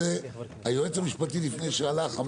היועץ המשפטי לפני שהלך,